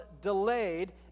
delayed